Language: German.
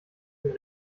den